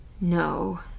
No